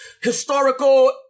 historical